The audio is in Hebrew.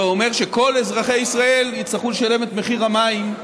זה אומר שכל אזרחי ישראל יצטרכו לשלם את מחיר המים,